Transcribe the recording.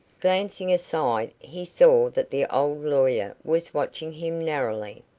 glancing aside, he saw that the old lawyer was watching him narrowly.